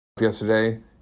Yesterday